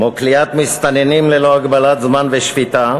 כמו כליאת מסתננים ללא הגבלת זמן ושפיטה,